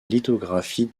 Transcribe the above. lithographie